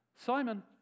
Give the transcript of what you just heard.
Simon